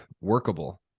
workable